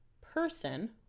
person